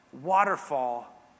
waterfall